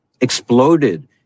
exploded